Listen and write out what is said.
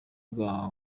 bwa